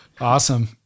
Awesome